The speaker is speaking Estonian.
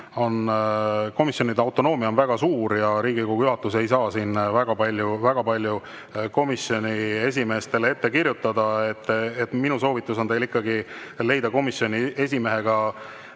et komisjonide autonoomia on väga suur ja Riigikogu juhatus ei saa siin väga palju komisjoni esimeestele ette kirjutada. Minu soovitus on teil ikkagi leida komisjoni esimehega